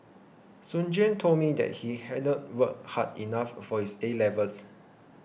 soon Juan told me that he hadn't worked hard enough for his A levels